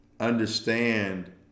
understand